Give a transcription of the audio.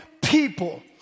people